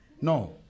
No